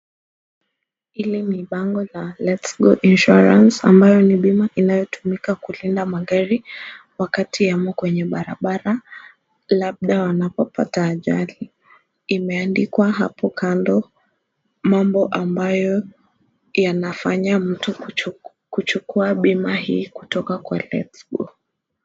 Hili ni bango la Letsgo insurance , ambayo ni bima inayotumika kulinda magari wakati yamo kwenye barabara, labda wanapopata ajali. Imeandikwa hapo kando mambo ambayo yanafanya mtu kuchukua bima hii kutoka kwa Letsgo.